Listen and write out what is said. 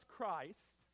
Christ